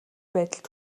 байдалд